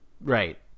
Right